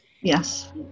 Yes